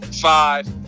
five